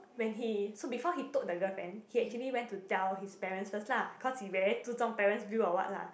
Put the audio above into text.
when he so before he told the girlfriend he actually went to tell his parents first lah because he very 注重 parent view or what lah